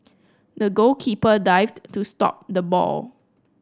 the goalkeeper dived to stop the ball